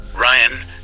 Ryan